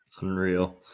Unreal